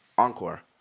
Encore